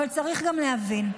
אבל צריך גם להבין.